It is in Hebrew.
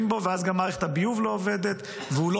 אז גם מערכת הביוב לא עובדת והוא לא